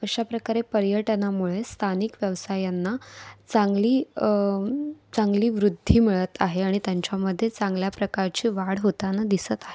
अशा प्रकारे पर्यटनामुळे स्थानिक व्यवसायांना चांगली चांगली वृद्धी मिळत आहे आणि त्यांच्यामध्ये चांगल्या प्रकारची वाढ होताना दिसत आहे